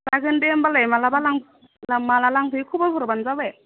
जागोन दे होमब्लालाय माब्लाबा लां माला लांफैयो खबर हरब्लानो जाबाय